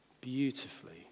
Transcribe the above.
beautifully